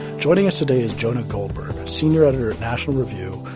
joining us today is jonah goldberg, senior editor of national review,